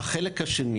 החלק השני